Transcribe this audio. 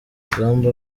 rugamba